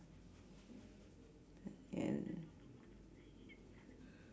and